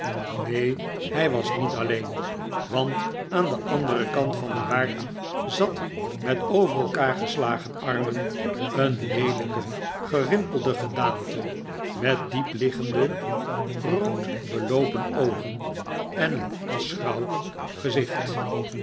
neen hij was niet alleen want aan den anderen kant van den haard zat met over elkaar geslageh armen een leelijke gerimpelde gedaante met diep liggende rood i beloopen oogen en een aschgrauw gezicht